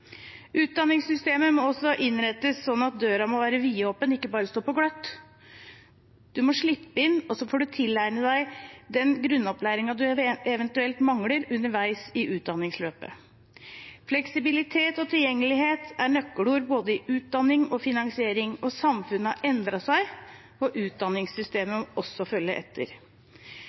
Utdanningssystemet må også innrettes sånn at døra må være vidåpen, ikke bare stå på gløtt. En må slippe inn, og så får en tilegne seg den grunnopplæringen en eventuelt mangler underveis i utdanningsløpet. Fleksibilitet og tilgjengelighet er nøkkelord i både utdanning og finansiering. Samfunnet har endret seg, og utdanningssystemet må også følge etter.